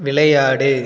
விளையாடு